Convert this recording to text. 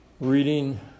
Reading